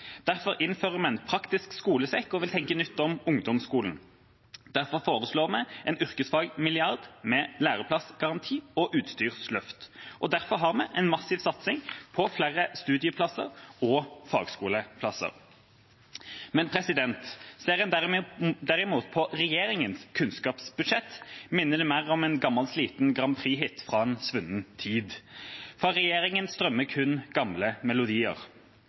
Derfor innfører vi en praktisk skolesekk og vil tenke nytt om ungdomsskolen. Derfor foreslår vi en yrkesfagmilliard med læreplassgaranti og utstyrsløft, og derfor har vi en massiv satsing på flere studieplasser og fagskoleplasser. Men ser en derimot på regjeringas kunnskapsbudsjett, minner det mer om en gammel, sliten Grand Prix-hit fra en svunnen tid. Fra regjeringa strømmer kun gamle melodier,